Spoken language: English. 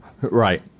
Right